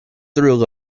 through